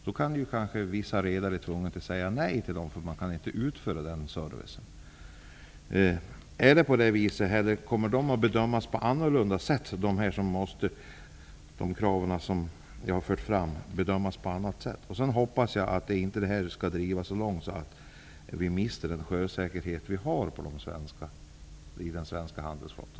Då kanske vissa redare är tvungna att säga nej till dem, eftersom de inte kan utföra den servicen. Kommer det som jag har fört fram att medföra annorlunda bedömningar? Jag hoppas att detta inte skall drivas så långt att vi mister den sjösäkerhet som finns i den svenska handelsflottan.